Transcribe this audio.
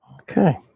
Okay